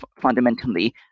fundamentally